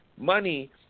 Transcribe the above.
money